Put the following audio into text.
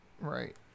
Right